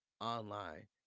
online